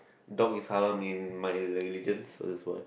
dog is haram my religion so that's why